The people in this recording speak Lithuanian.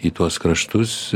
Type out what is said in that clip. į tuos kraštus